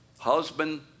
Husband